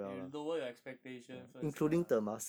they lower your expectation first lah